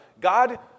God